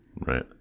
Right